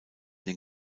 den